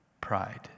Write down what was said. pride